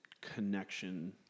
connection